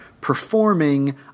performing